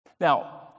Now